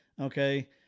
okay